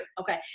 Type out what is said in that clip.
Okay